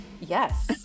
Yes